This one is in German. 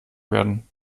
werden